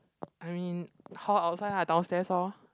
I mean hall outside lah downstairs loh